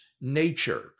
nature